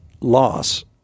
loss